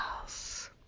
else